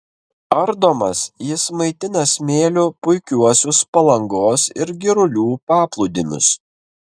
ardomas jis maitina smėliu puikiuosius palangos ir girulių paplūdimius